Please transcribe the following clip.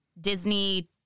Disney